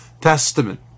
Testament